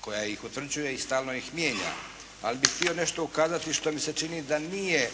koja ih utvrđuje i stalno ih mijenja, ali bih htio nešto ukazati što mi se čini da nije